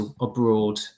abroad